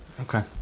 Okay